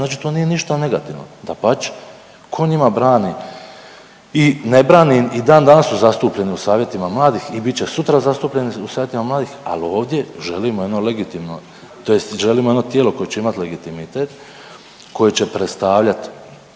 znači to nije ništa negativno, dapače. Tko njima brani i ne brani i dandanas su zastupljeni u savjetima mladih i bit će sutra zastupljeni u savjetima mladih, ali ovdje želimo jedno legitimno tj. želimo jedno tijelo koje će imati legitimitet, koje će predstavljati